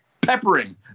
peppering